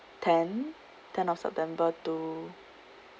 ten ten of september to